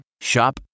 Shop